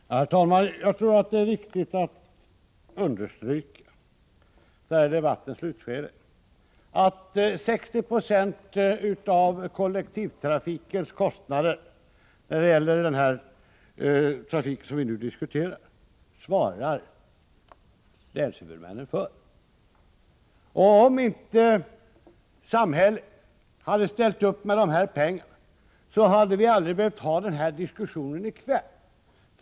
Herr talman! Så här i debattens slutskede tror jag att det är viktigt att understryka att länshuvudmännen svarar för 60 96 av kollektivtrafikens kostnader för den trafik som vi nu diskuterar. Om inte samhället hade ställt upp med dessa pengar, hade vi aldrig behövt föra denna diskussion i kväll.